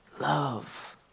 love